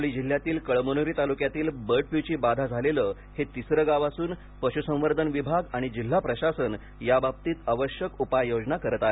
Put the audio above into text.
हिंगोली जिल्ह्यातील कळमनुरी तालुक्यात बर्ड फ्लूची बाधा झालेले हे तिसरे गाव असून पशुसंवर्धन विभाग आणि जिल्हा प्रशासन याबाबतीत आवश्यक उपाययोजना करत आहे